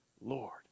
Lord